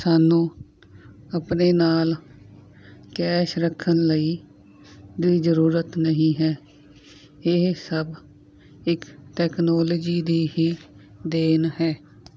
ਸਾਨੂੰ ਆਪਣੇ ਨਾਲ ਕੈਸ਼ ਰੱਖਣ ਲਈ ਦੀ ਜ਼ਰੂਰਤ ਨਹੀਂ ਹੈ ਇਹ ਸਭ ਇੱਕ ਟੈਕਨੋਲਜੀ ਦੀ ਹੀ ਦੇਣ ਹੈ